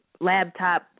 laptop